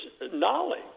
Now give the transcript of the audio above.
knowledge